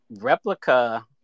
replica